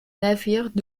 navires